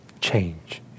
change